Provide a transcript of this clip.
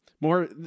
more